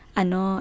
ano